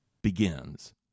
begins